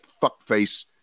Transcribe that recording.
fuck-face